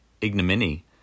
ignominy